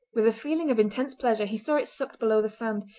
with a feeling of intense pleasure he saw it sucked below the sand,